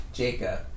Jacob